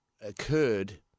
occurred